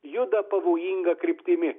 juda pavojinga kryptimi